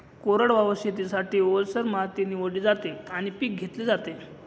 कोरडवाहू शेतीसाठी, ओलसर माती निवडली जाते आणि पीक घेतले जाते